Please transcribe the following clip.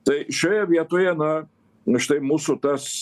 tai šioje vietoje na na štai mūsų tas